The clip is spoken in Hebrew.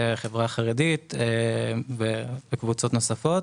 החברה החרדית וקבוצות נוספות.